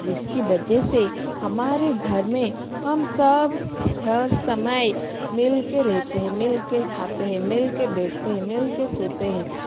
जिसकी वजह से हमारे घर में हम सब हर समय मिल कर रेहते हैं मिल के खाते हैं मिल के बेठते हैं मिल के सोते हैं